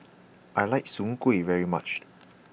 I like Soon Kueh very much